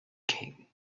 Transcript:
king